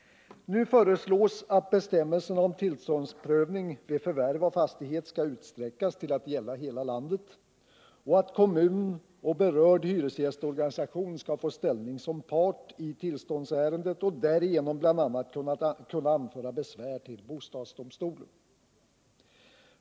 Nu föreslås att bestämmelserna om tillståndsprövning vid förvärv av fastighet skall utsträckas till att gälla hela landet och att kommun och berörd hyresgästorganisation skall få ställning som part i tillståndsärendet och därigenom bl.a. kunna anföra besvär till bostadsdomstolen.